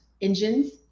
engines